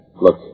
Look